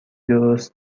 درست